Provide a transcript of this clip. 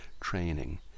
training